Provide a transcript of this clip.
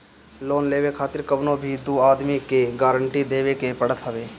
loan लेवे खातिर कवनो भी दू आदमी के गारंटी देवे के पड़त हवे